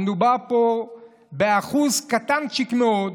המדובר פה באחוז קטנצ'יק מאוד,